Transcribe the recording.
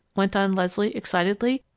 went on leslie, excitedly.